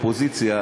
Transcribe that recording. אופוזיציה,